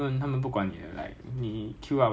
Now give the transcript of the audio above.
因为我每次上 nine seven five 的时候是给他们推的